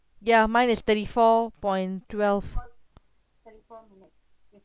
ya mine is thirty four point twelve thirty four minutes